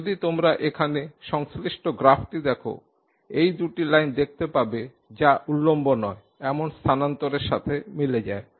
যদি তোমরা এখানে সংশ্লিষ্ট গ্রাফটি দেখ এই দুটি লাইন দেখতে পাবে যা উল্লম্ব নয় এমন স্থানান্তরের সাথে মিলে যায়